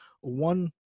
one